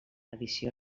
edició